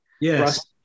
yes